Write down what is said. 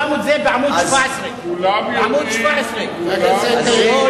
שמו את זה בעמוד 17. כולם יודעים.